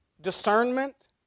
discernment